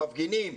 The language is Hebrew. המפגינים,